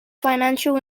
financial